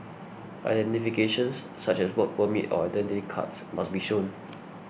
identifications such as work permits or Identity Cards must be shown